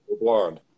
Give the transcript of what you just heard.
blonde